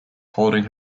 holding